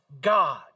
God